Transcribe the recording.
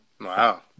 Wow